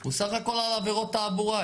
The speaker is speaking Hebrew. הוא סך הכול על עבירות תעבורה.